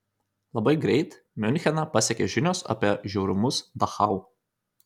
labai greit miuncheną pasiekė žinios apie žiaurumus dachau